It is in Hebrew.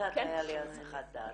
קצת הייתה לי הסחת דעת.